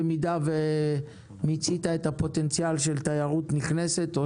במידה ומיצית את הפוטנציאל של תיירות נכנסת או